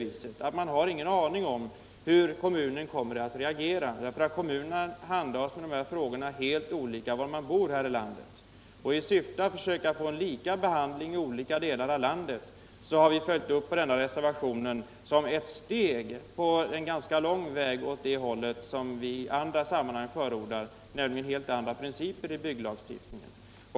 I dag har man ingen aning om hur kommunen kommer att reagera, eftersom olika kommuner handlägger dessa frågor på helt olika sätt. I syfte att försöka få till stånd en enhetlig behandling i olika delar av landet har vi avgivit vår reservation. Den är endast ett steg på en ganska lång väg mot det som vi i andra sammanhang förordar, nämligen helt andra principer i bygglagstiftningen.